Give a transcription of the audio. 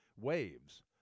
waves